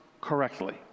correctly